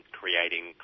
creating